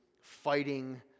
fighting